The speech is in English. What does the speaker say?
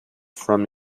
from